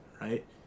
right